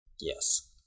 Yes